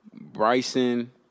Bryson